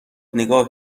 نگاه